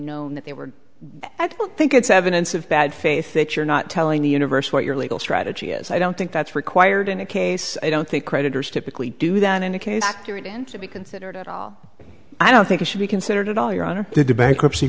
known that they were i don't think it's evidence of bad faith that you're not telling the universe what your legal strategy is i don't think that's required in a case i don't think creditors typically do that in a case accurate and to be considered at all i don't think it should be considered at all your honor to the bankruptcy